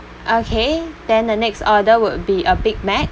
okay then the next order would be a big mac